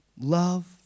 Love